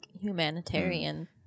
humanitarian